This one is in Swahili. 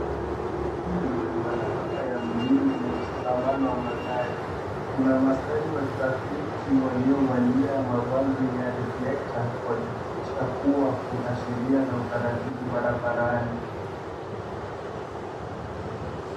Hii ni barabara ya mjini yenye msongamano wa magari kuna ma askari wa trafiki walio valia mavazi ya reflector wakihahikisha kuna sheria na utaratibu barabarani.